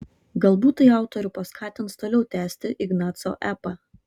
galbūt tai autorių paskatins toliau tęsti ignaco epą